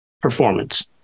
performance